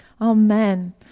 Amen